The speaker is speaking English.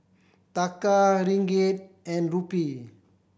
Taka Ringgit and Rupee